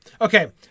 Okay